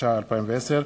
התש"ע 2010,